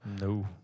No